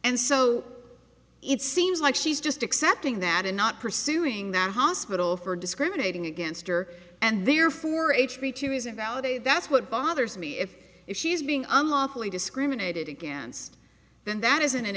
and so it seems like she's just accepting that and not pursuing that hospital for discriminating against her and therefore h b two is a valid a that's what bothers me if if she's being unlawfully discriminated against then that isn't an